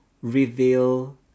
reveal